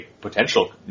potential